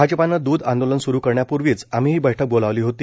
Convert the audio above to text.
भाजपानं दुध आंदोलन सुरू करण्यापूर्वीच आम्ही ही बैठक बोलावली होती